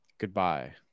Goodbye